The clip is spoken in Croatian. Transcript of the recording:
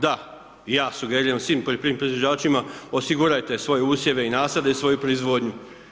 Da, ja sugeriram svim poljoprivrednim proizvođačima, osigurajte svoje usjeve i nasade i svoju proizvodnju.